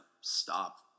stop